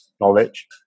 knowledge